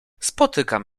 spotykam